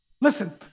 Listen